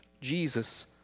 Jesus